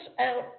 out